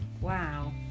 Wow